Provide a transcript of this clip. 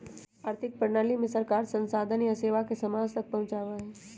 आर्थिक प्रणाली में सरकार संसाधन या सेवा के समाज तक पहुंचावा हई